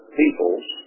peoples